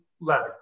letter